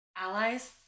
allies